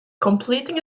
completing